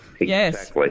Yes